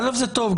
אל"ף, זה טוב.